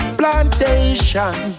plantation